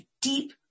deep